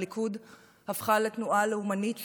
הליכוד הפכה לתנועה לאומנית שמרנית,